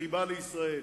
וחיבה לישראל?